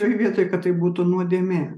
toj vietoj kad tai būtų nuodėmė